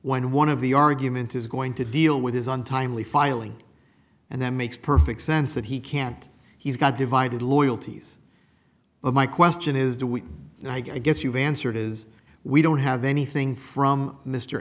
when one of the argument is going to deal with his untimely filing and that makes perfect sense that he can't he's got divided loyalties but my question is do we know i guess you've answered is we don't have anything from m